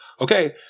okay